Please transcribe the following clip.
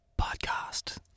Podcast